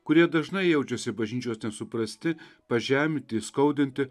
kurie dažnai jaučiasi bažnyčios nesuprasti pažeminti įskaudinti